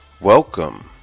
Welcome